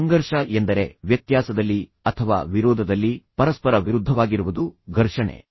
ಸಂಘರ್ಷ ಎಂದರೆ ವ್ಯತ್ಯಾಸದಲ್ಲಿ ಅಥವಾ ವಿರೋಧದಲ್ಲಿ ಪರಸ್ಪರ ವಿರುದ್ಧವಾಗಿರುವುದು ಘರ್ಷಣೆ